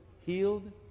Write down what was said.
healed